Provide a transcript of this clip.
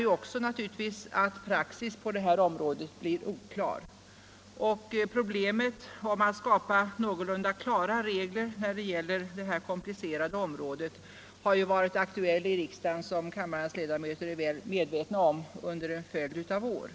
Detta innebär naturligtvis också att praxis på det här området blir oklar, och problemet med att skapa någorlunda entydiga regler har, vilket kammarens ledamöter är väl medvetna om, varit aktuellt i riksdagen under en följd av år.